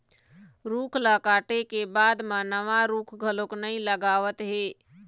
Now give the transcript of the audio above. रूख ल काटे के बाद म नवा रूख घलोक नइ लगावत हे